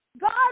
God